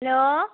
hello